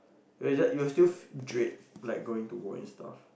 where you just you'll still dread like going to work and stuff